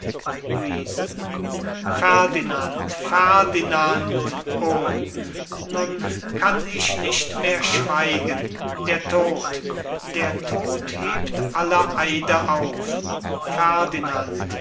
luise ferdinand ferdinand o nun kann ich nicht mehr schweigen der tod der tod hebt alle eide auf ferdinand